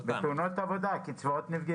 בתאונות עבודה הקצבאות נפגעו.